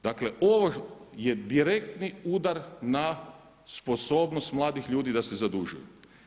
Dakle, ovo je direktni udar na sposobnost mladih ljudi da se zadužuju.